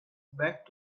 back